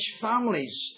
families